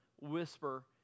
whisper